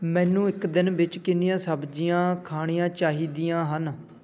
ਮੈਨੂੰ ਇੱਕ ਦਿਨ ਵਿੱਚ ਕਿੰਨੀਆਂ ਸਬਜ਼ੀਆਂ ਖਾਣੀਆਂ ਚਾਹੀਦੀਆਂ ਹਨ